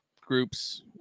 groups